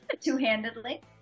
two-handedly